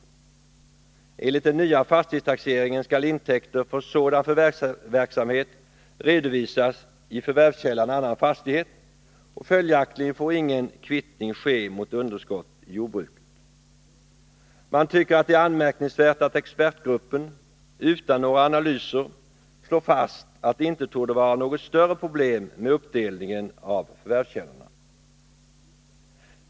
Enligt den nya fastighetstaxeringen skall intäkter från sådan förvärvsverksamhet redovisas i förvärvskällan annan fastighet, och följaktligen får ingen kvittning ske mot underskott i jordbruket. Man tycker att det är anmärkningsvärt att expertgruppen — utan några analyser — slår fast, att det inte torde vara något större problem med uppdelningen av förvärvskällorna.